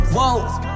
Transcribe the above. Whoa